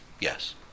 Yes